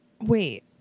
wait